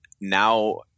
now